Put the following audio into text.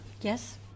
Yes